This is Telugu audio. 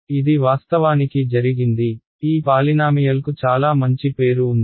ఇది వాస్తవానికి జరిగింది ఈ పాలినామియల్కు చాలా మంచి పేరు ఉంది